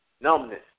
Numbness